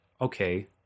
Okay